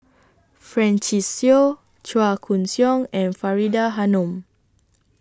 Francis Seow Chua Koon Siong and Faridah Hanum